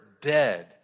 dead